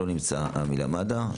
לא נמצאת המילה מד"א.